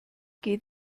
geht